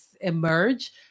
Emerge